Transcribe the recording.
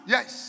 Yes